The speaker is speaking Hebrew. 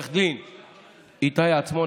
לעו"ד איתי עצמון,